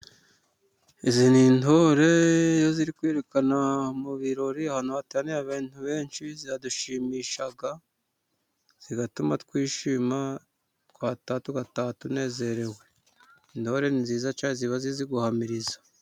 Izi ni intore ziri kwiyerekana mu birori ahantu hateraniye abantu benshi, ziradushimisha zigatuma twishima twataha tunezerewe. Intore ni nziza cyane, ziba zizi guhamiriza.